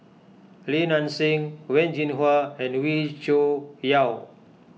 Li Nanxing Wen Jinhua and Wee Cho Yaw